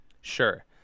sure